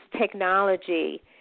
technology